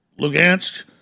Lugansk